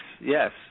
yes